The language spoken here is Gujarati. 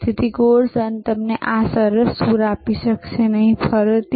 તેથી કોર્સ તમને આ સરસ સૂર આપી શકશે નહીંફરીથી